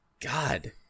God